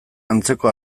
antzeko